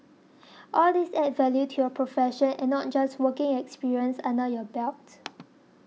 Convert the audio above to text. all these add value to your profession and not just working experience under your belt